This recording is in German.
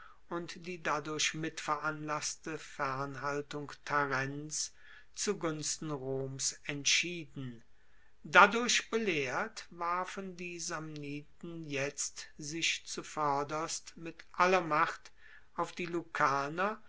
und die dadurch mitveranlasste fernhaltung tarents zu gunsten roms entschieden dadurch belehrt warfen die samniten jetzt sich zuvoerderst mit aller macht auf die